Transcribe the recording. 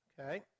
Okay